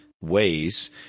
ways